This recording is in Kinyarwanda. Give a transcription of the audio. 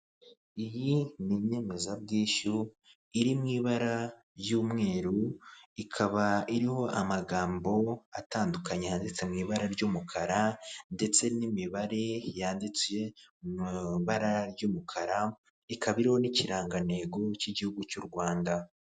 Iyi ni inyemezabwishyu iri mu ibara ry'umweru, ikaba iriho amagambo atandukanye yanditse mu ibara ry'umukara ndetse n'imibare yanditse mu ibara ry'umukara, ikaba iriho n'ikirangantego k'igihugu cy'u Rwanda.